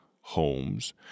homes